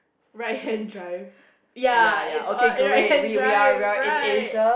right hand drive ya it's on right hand drive right